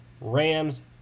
Rams